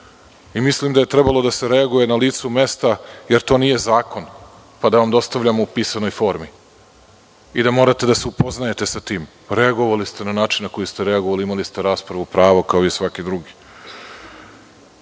Mislim da je trebalo da se reaguje na licu mesta, jer to nije zakon pa da vam dostavljam u pisanoj formi i da morate da se upoznajete sa tim. Reagovali ste na način na koji ste reagovali. Imali ste raspravu, pravo kao i svaki drugi. Rekli